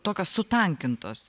tokios sutankintos